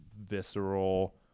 visceral